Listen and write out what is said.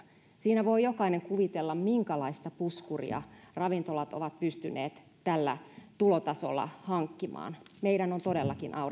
siinä voi jokainen kuvitella minkälaista puskuria ravintolat ovat pystyneet tällä tulotasolla hankkimaan meidän on todellakin